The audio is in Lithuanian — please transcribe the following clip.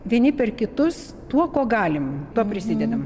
vieni per kitus tuo kuo galim tuo prisidedam